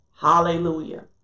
Hallelujah